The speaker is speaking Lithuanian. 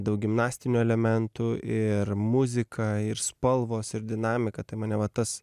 daug gimnastinių elementų ir muzika ir spalvos ir dinamika tai mane va tas